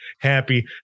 Happy